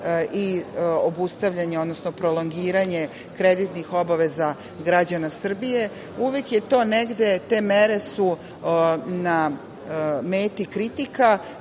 i obustavljanje, odnosno prolongiranje kreditnih obaveza građana Srbije. Uvek su te mere na meti kritika. Mislim